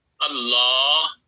Allah